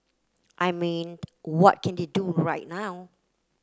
I mean what can they do right now